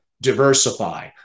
diversify